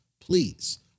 Please